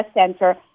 center